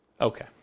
okay